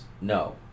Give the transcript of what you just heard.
No